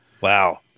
wow